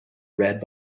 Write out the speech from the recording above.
read